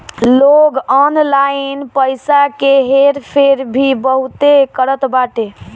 लोग ऑनलाइन पईसा के हेर फेर भी बहुत करत बाटे